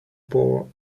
poor